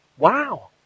Wow